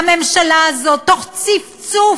הממשלה הזאת הביאה,